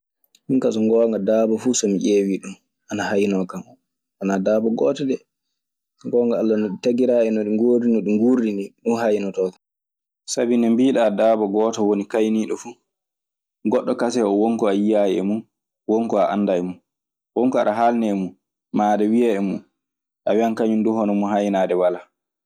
Ɗun kaa so goonga daaba fuu so mi ƴewii ɗum ana haynookan. Wanaa daaba gooto de so goonga alla no ndi taggiraa e no nguurdi ni. Sabi nde mbiiɗaa daabaa gooto woni kayniiɗo fuu. Goɗɗo kasen won ko a yiyaayi e mun, won ko a anndaa e mun. Won ko aɗe haalnee e mun, maa aɗe wiyee e mun. A wiyan kañun duu hono mun haynaade walaa.